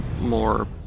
more